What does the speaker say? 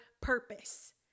purpose